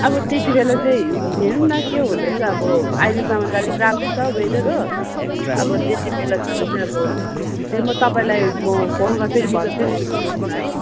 अब त्यतिबेला चाहिँ हेरौँ न के हुँदो रहेछ अब अहिलेसम्म त अलिक राम्रै छ वेदर हो अब त्यतिबेलासम्म चाहिँ अब त्यही म तपाईँलाई म फोन गर्छु नि भन्छु नि बिचमा है